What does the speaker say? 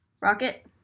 Rocket